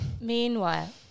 meanwhile